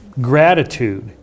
gratitude